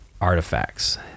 artifacts